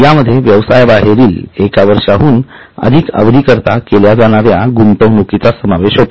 यामध्ये व्यवसायबाहेरील एका वर्षाहुन अधिक अवधीकरिता केल्या जाणाऱ्या गुंतवणुकीचा समावेश होतो